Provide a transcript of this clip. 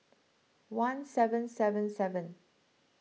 one seven seven seven